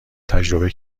تجربه